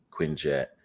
quinjet